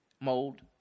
mold